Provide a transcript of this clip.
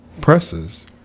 presses